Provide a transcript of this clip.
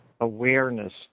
awareness